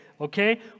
okay